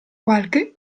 qualche